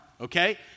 okay